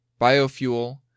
biofuel